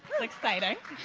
it's exciting.